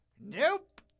Nope